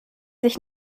sich